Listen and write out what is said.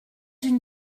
une